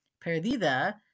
perdida